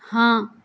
ہاں